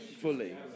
fully